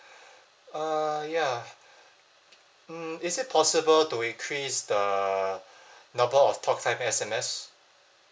uh ya mm is it possible to increase the number of talk time and S_M_S